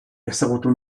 ezagutu